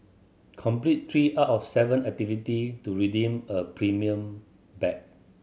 complete three out of seven activity to redeem a premium bag